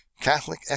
Catholic